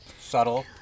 subtle